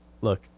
look